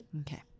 Okay